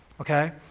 Okay